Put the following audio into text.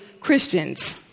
Christians